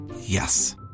Yes